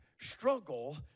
struggle